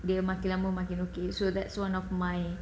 dia makin lama makin okay so that's one of my